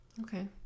Okay